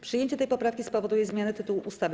Przyjęcie tej poprawki spowoduje zmianę tytułu ustawy.